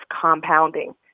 compounding